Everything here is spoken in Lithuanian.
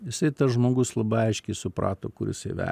jisai tas žmogus labai aiškiai suprato kuris jisai ve